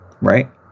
Right